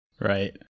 Right